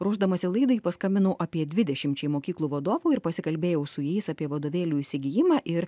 ruošdamasi laidai paskambinau apie dvidešimčiai mokyklų vadovų ir pasikalbėjau su jais apie vadovėlių įsigijimą ir